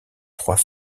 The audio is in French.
trois